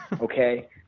okay